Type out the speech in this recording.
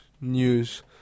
News